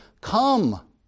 come